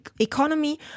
economy